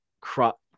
crop